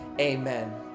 amen